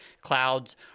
clouds